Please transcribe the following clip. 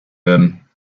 werden